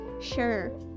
sure